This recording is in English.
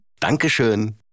Dankeschön